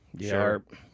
Sharp